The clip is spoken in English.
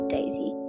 Daisy